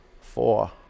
Four